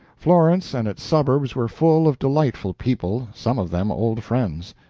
florence and its suburbs were full of delightful people, some of them old friends.